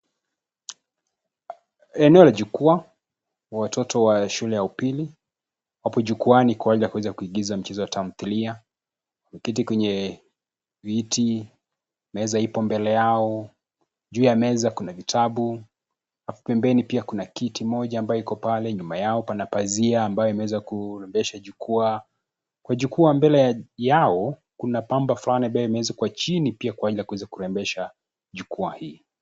Eneo la jukwa watoto wa shule ya upili hapo jukwani kwa ajili ya kuweza kuigiza mchezo wa tamdhilia. Wameketi kwenye viti meza ipo mbele yao, juu ya meza kuna vitabu pembeni pia kuna kiti moja ambayo iko ipale nyuma yao pana pazia ambayo imeweza kurembesha jukwaa. kwa jukwaa mbele yao kuna pamba fulani ambayo imezekwa chini kwa ajili ya kuweza kurembesha jukwaa hii.